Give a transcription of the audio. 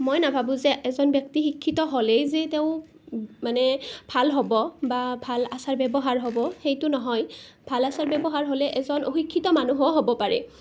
মই নাভাবোঁ যে এজন ব্যক্তি শিক্ষিত হ'লেই যে তেওঁ মানে ভাল হ'ব বা ভাল আচাৰ ব্যৱহাৰ হ'ব সেইটো নহয় ভাল আচাৰ ব্যৱহাৰ হ'লে এজন অশিক্ষিত মানুহো হ'ব পাৰে